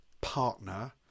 partner